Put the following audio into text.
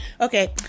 Okay